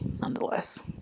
Nonetheless